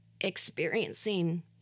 experiencing